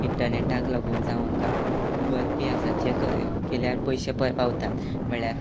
इंटर्नेटाक लागून जावं आमकां गुगल पे आसात जे क केल्यार पयशे पर पावतात म्हळ्ळ्यार